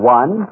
one